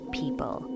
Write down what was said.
people